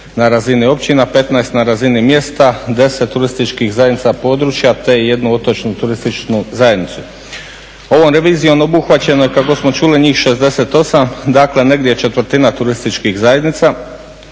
na razini općina, 15 na razini mjesta, 10 turističkih zajednica područja, te jednu otočnu turističku zajednicu. Ovom revizijom obuhvaćeno je kako smo čuli njih 68, dakle negdje četvrtina turističkih zajednica